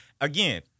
Again